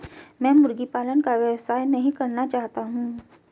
मैं मुर्गी पालन का व्यवसाय नहीं करना चाहता हूँ